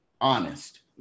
honest